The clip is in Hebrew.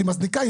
כשהיא מזניקה,